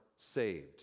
saved